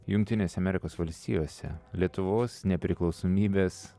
jungtinėse amerikos valstijose lietuvos nepriklausomybės